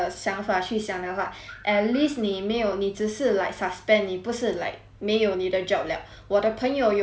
at least 你没有你只是 like suspend 你不是 like 没有你的 job liao 我的朋友有些是直接 kena